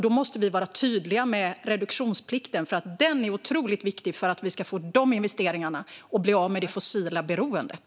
Då måste vi vara tydliga med reduktionsplikten, för den är otroligt viktig för att vi ska få investeringar och bli av med det fossila beroendet.